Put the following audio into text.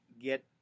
get